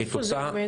איפה זה עומד?